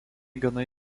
gana